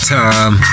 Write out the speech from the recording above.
time